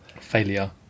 Failure